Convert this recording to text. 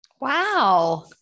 Wow